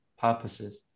purposes